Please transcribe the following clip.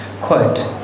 quote